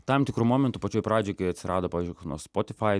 tam tikru momentu pačioj pradžioj kai atsirado pavyzdžiui koks nors spotify